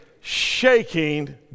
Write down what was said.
shaking